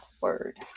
word